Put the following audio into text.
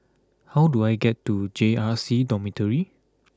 how do I get to J R C Dormitory